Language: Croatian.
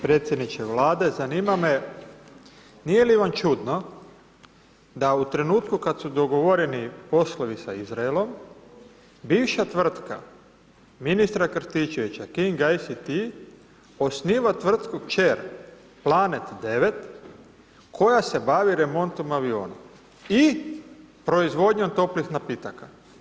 Predsjedniče Vlade, zanima me nije li vam čudno da u trenutku kad su dogovoreni poslovi sa Izraelom, bivša tvrtka ministra Krstičevića, King ICT, osniva tvrtku kćer Planet 9 koja se bavi remontom aviona i proizvodnjom toplih napitaka?